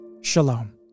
Shalom